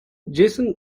jason